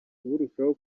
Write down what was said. burushaho